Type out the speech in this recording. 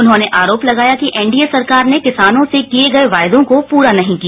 उन्होंने आरोप लगाया कि एनडीए सरकार ने किसानों से किए गए वायदो को पूरा नहीं किया